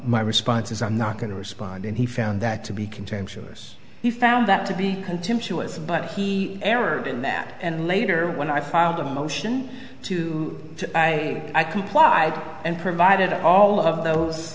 my response is i'm not going to respond and he found that to be contemptuous he found that to be contemptuous but he errors in that and later when i filed a motion to i complied and provided all of those